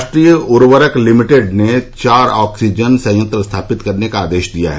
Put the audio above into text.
राष्ट्रीय उर्वरक लिमिटेड ने चार ऑक्सीजन संयंत्र स्थापित करने का आदेश दिया है